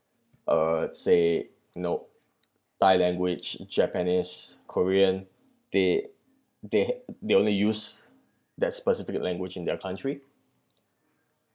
uh say know thailand language japanese korean they they they only use that specific language in their country